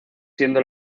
siendo